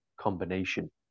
combination